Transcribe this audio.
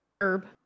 herb